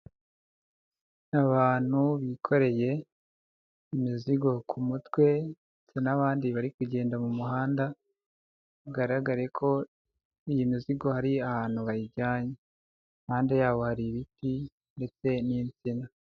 Abantu bikoreye imizigo ku mutwe n'abandi bari kugenda mu muhanda bigaragare ko iyi mizigo hari ahantu bayijyanye, impande yabo hari ibiti ndetse n'insina.